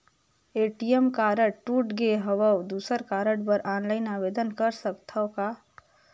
ATM card टूट गे हववं दुसर कारड बर ऑनलाइन आवेदन कर सकथव का?